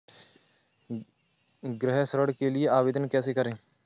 गृह ऋण के लिए आवेदन कैसे करें?